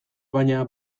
baina